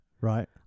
right